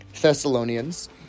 Thessalonians